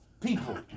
people